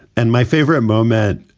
and my favorite moment,